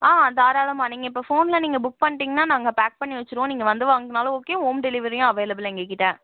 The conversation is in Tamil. ஆ தாராளமாக நீங்கள் இப்போ ஃபோனில் நீங்கள் புக் பண்ணிட்டீங்னா நாங்கள் பேக் பண்ணி வச்சுருவோம் நீங்கள் வந்து வாங்கினாலும் ஓகே ஹோம் டெலிவரியும் அவாளபுல் எங்கள்கிட்ட